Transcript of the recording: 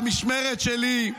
במשמרת שלי,